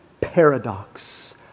paradox